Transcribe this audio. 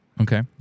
Okay